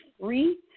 free